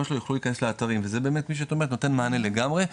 שלו יוכלו להיכנס לאתרים וזה באמת כפי שאת אומרת נותן מענה לגמרי,